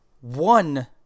one